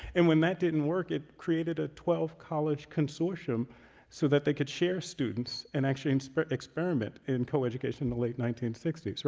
and when that didn't work it created a twelve college consortium so that they could share students and actually experiment in coeducation in the late nineteen sixty s.